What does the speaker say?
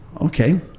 okay